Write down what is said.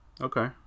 Okay